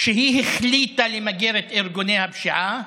כשהיא החליטה למגר את ארגוני הפשיעה,